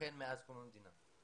ויתכן מאז קום המדינה.